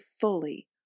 fully